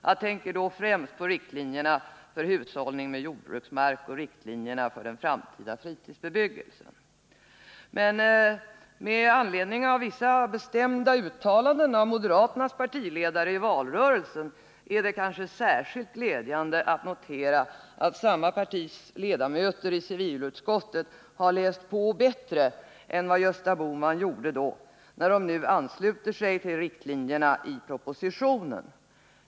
Jag tänker då främst på riktlinjerna för hushållning med jordbruksmark och riktlinjerna för den framtida fritidsbebyggelsen. Med anledning av vissa bestämda uttalanden av moderaternas partiledare i valrörelsen är det särskilt glädjande att notera att samma partis ledamöter i civilutskottet har läst på bättre än vad Gösta Bohman hade gjort när de nu ansluter sig till de riktlinjer som förordas i propositionen.